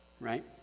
right